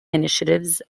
initiatives